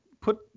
put